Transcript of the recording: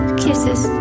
kisses